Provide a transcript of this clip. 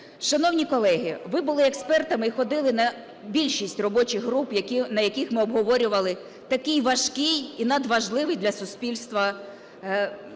Шановні колеги, ви були експертами і ходили на більшість робочих груп, на яких ми обговорювали такий важкий і надважливий для суспільства процес.